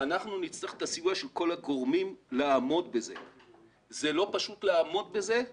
אנחנו נצטרך את הסיוע של כל הגורמים לעמוד בזה.זהלא פשוט לעמוד בזה אבל